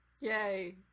Yay